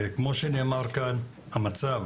כמו שנאמר כאן, המצב